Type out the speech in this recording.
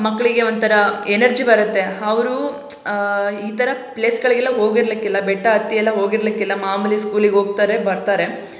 ಮಕ್ಕಳಿಗೆ ಒಂಥರ ಎನರ್ಜಿ ಬರುತ್ತೆ ಅವರು ಈ ಥರ ಪ್ಲೇಸ್ಗಳಿಗೆಲ್ಲ ಹೋಗಿರ್ಲಿಕ್ಕಿಲ್ಲ ಬೆಟ್ಟ ಹತ್ತಿ ಎಲ್ಲ ಹೋಗಿರಲಿಕ್ಕಿಲ್ಲ ಮಾಮೂಲಿ ಸ್ಕೂಲಿಗೆ ಹೋಗ್ತಾರೆ ಬರ್ತಾರೆ